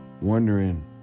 wondering